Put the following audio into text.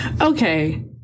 Okay